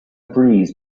breeze